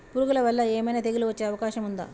పురుగుల వల్ల ఏమైనా తెగులు వచ్చే అవకాశం ఉందా?